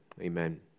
Amen